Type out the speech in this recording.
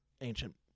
ancient